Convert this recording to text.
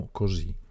così